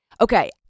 okay